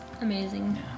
amazing